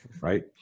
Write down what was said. right